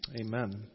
Amen